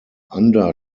under